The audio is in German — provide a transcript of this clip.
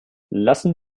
lassen